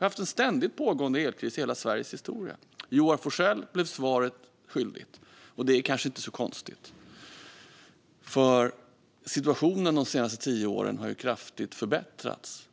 varit en ständigt pågående elkris i hela Sveriges historia. Joar Forssell blev svaret skyldigt, och det är kanske inte så konstigt. Situationen de senaste tio åren har kraftigt förbättrats.